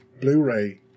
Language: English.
Blu-ray